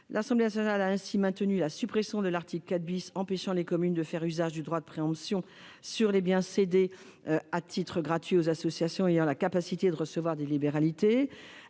L'Assemblée nationale a ainsi maintenu la suppression de l'article 4 empêchant les communes de faire usage du droit de préemption sur les biens cédés à titre gratuit aux associations ayant la capacité de recevoir des libéralités.